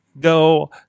go